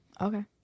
okay